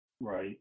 right